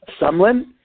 Sumlin